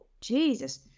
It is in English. Jesus